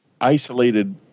isolated